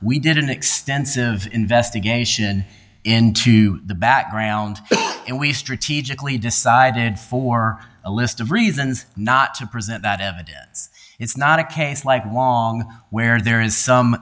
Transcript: we did an extensive investigation into the background and we strategically decided for a list of reasons not to present that evidence it's not a case like wong where there is some